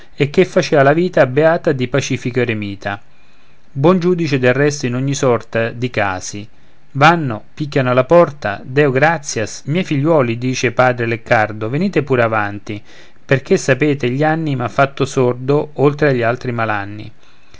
e che facea la vita beata di pacifico eremita buon giudice del resto in ogni sorta di casi vanno picchiano alla porta deo gratias miei figliuoli dice padre leccardo venite pure avanti perché sapete gli anni m'han fatto sordo oltre agli altri malanni